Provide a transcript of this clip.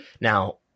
Now